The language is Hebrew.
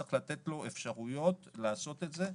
צריך לתת לו אפשרויות לעשות את זה,